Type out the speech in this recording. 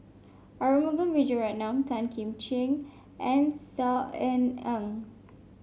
Arumugam Vijiaratnam Tan Kim Ching and Saw Ean Ang